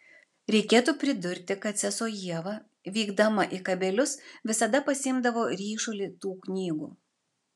reikėtų pridurti kad sesuo ieva vykdama į kabelius visada pasiimdavo ryšulį tų knygų